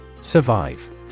Survive